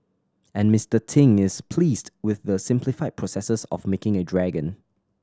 and Mister Ting is pleased with the simplified processes of making a dragon